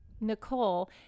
Nicole